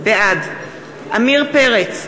בעד עמיר פרץ,